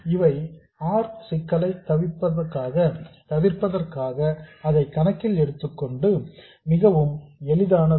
இவை R சிக்கலை தவிர்ப்பதற்காக மட்டுமே அதை கணக்கில் எடுத்துக் கொள்வது மிகவும் எளிதானது